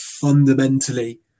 fundamentally